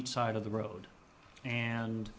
each side of the road and